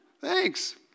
Thanks